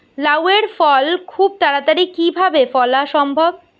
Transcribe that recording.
লাউ এর ফল খুব তাড়াতাড়ি কি করে ফলা সম্ভব?